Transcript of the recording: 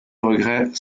regret